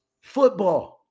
football